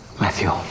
Matthew